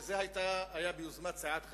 וזה היה ביוזמת סיעת חד"ש,